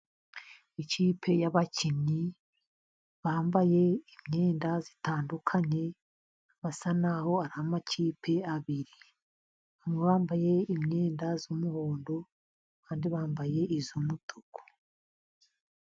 Ikipe y'abakinnyi bambaye imyenda itandukanye, basa n'aho ari amakipe abiri, bamwe bambaye imyenda y'umuhondo, abandi bambaye iy'umutuku.